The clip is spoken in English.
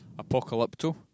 Apocalypto